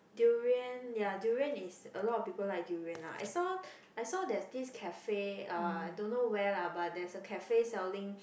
durian ya durian is a lot of people like durian lah I saw I saw there is this cafe uh I don't know where lah but there is a cafe selling